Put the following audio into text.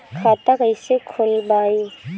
खाता कईसे खोलबाइ?